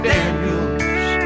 Daniels